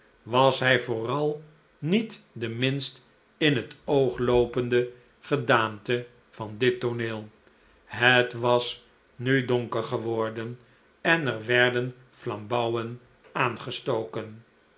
was hij vooral niet de minst in het oog loopende gedaante van dit tooneel het was nu donker geworden en er werden flambouwen aangestoken